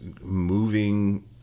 moving